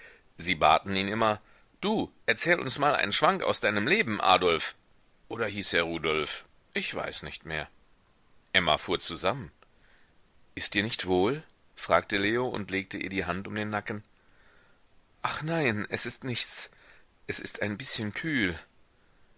sie baten ihn immer du erzähl uns mal einen schwank aus deinem leben adolf oder hieß er rudolf ich weiß nicht mehr emma fuhr zusammen ist dir nicht wohl fragte leo und legte ihr die hand um den nacken ach nein es ist nichts es ist ein bißchen kühl